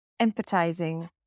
empathizing